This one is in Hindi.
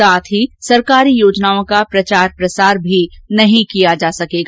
साथ ही सरकारी योजनाओं का प्रचार प्रसार भी नहीं किया जा सकेगा